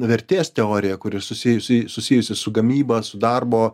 vertės teorija kuri susijusi susijusi su gamyba su darbo